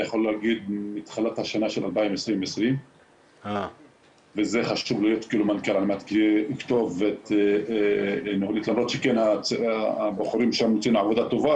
מתחילת 2020. למרות שהבחורים שם עושים עבודה טובה,